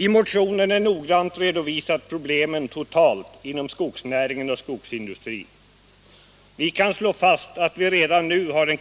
I motionen är problemen totalt, inom skogsnäringen och skogsindustrin, noggrant redovisade. Vi kan slå fast att vi redan nu inom skogsindustrin har en